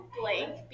blank